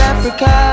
Africa